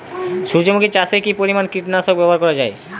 সূর্যমুখি চাষে কি পরিমান কীটনাশক ব্যবহার করা যায়?